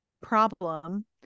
problem